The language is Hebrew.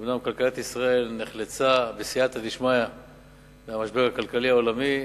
אומנם כלכלת ישראל נחלצה בסייעתא דשמיא מהמשבר הכלכלי העולמי,